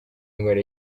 indwara